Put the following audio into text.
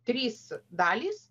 trys dalys